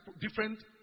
different